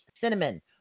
cinnamon